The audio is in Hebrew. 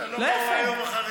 לא יודע, לא באו היום החרדים.